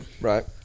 Right